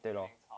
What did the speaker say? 对咯